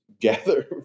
gather